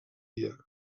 dia